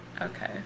Okay